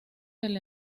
del